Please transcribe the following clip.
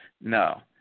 No